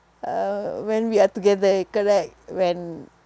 uh when we are together correct when